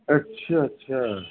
अच्छा अच्छा